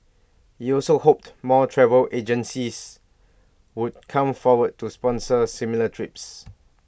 he also hoped more travel agencies would come forward to sponsor similar trips